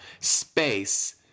space